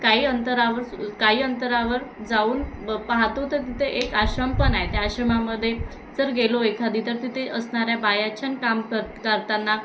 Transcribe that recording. काही अंतरावर सु काही अंतरावर जाऊन ब पाहतो तर तिथे एक आश्रम पण आहे त्या आश्रमामध्ये जर गेलो एखादी तर तिथे असणाऱ्या बाया छान काम कर करताना